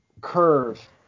curve